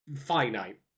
finite